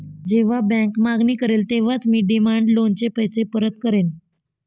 जेव्हा बँक मागणी करेल तेव्हाच मी डिमांड लोनचे पैसे परत करेन